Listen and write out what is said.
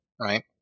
right